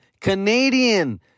Canadian